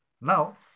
now